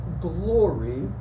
glory